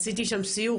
עשיתי שם סיור,